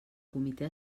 comitè